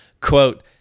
quote